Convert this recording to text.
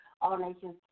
All-Nations